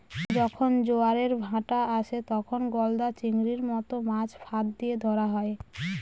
যখন জোয়ারের ভাঁটা আসে, তখন গলদা চিংড়ির মত মাছ ফাঁদ দিয়ে ধরা হয়